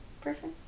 person